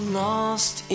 lost